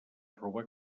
robar